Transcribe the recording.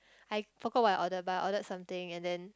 I forgot what I ordered but I ordered something and then